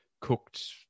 cooked